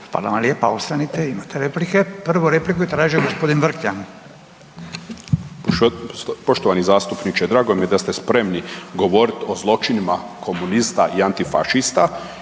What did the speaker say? Hvala lijepa ostanite, imate replike. Prvu repliku je tražio gospodin Vrkljan. **Vrkljan, Milan (Nezavisni)** Poštovani zastupniče drago mi je da ste spremni govoriti o zločinima komunista i antifašista